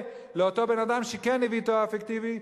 לשכרו של אותו בן-אדם שכן הביא תואר פיקטיבי,